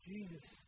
Jesus